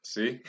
See